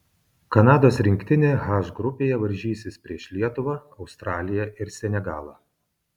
kanados rinktinė h grupėje varžysis prieš lietuvą australiją ir senegalą